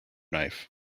knife